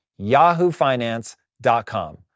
yahoofinance.com